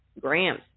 grams